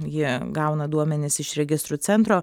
jie gauna duomenis iš registrų centro